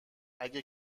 اگه